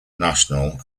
national